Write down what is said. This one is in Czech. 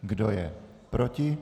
Kdo je proti?